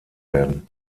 werden